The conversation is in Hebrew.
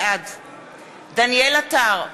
בעד דניאל עטר,